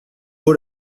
vaut